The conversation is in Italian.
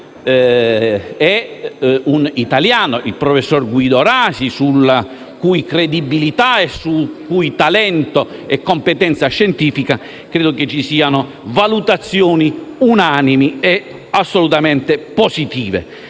è un italiano, il professor Guido Rasi, sulla cui credibilità, sul cui talento e sulla cui competenza scientifica credo ci siano valutazioni unanimemente positive.